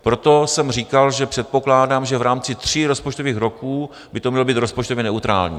Proto jsem říkal, že předpokládám, že v rámci tří rozpočtových roků by to mělo být rozpočtově neutrální.